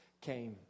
came